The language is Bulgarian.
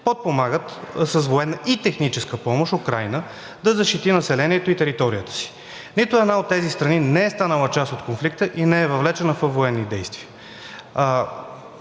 подпомагат с военна и техническа помощ Украйна да защити населението и територията си. Нито една от тези страни не е станала част от конфликта и не е въвлечена във военни действия.